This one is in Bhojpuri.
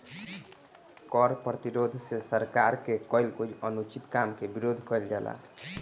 कर प्रतिरोध से सरकार के कईल कोई अनुचित काम के विरोध कईल जाला